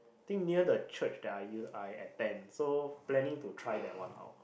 I think near the church that I use I attend so planning to try that one out